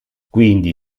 quindi